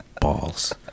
balls